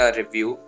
review